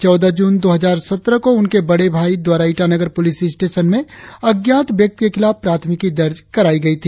चौदह जून दो हजार सत्रह को उनके बड़े भाई द्वारा ईटानगर पुलिस स्टेशन में अज्ञात व्यक्ति के खिलाफ प्राथमिकी दर्ज कराया गया था